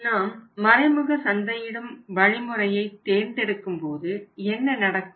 நாம் மறைமுக சந்தையிடும் வழிமுறையைத் தேர்ந்தெடுக்கும் போது என்ன நடக்கும்